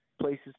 places